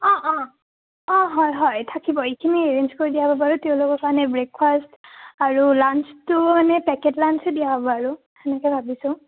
অঁ অঁ অঁ হয় হয় থাকিব এইখিনি এৰেঞ্জ কৰি দিয় হ'ব বাৰু তেওঁলোকৰ কাৰণে ব্ৰেকফাষ্ট আৰু লাঞ্চটো মানে পেকেট লাঞ্চেই দিয়া হ'ব আৰু তেনেকৈ ভাবিছোঁ